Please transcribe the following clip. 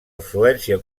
influència